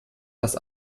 das